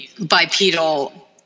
bipedal